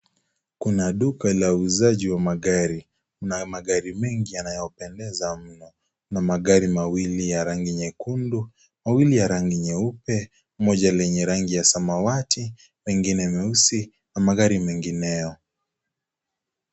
Kuna duka la wauzaji wa magari, kuna magari mengi yanayopendeza mno, kuna gari mawili ya rangi nyekundu, mawili ya rangi nyeupe, moja lenye rangi ya samawati, mengine meusi na magari mengineyo.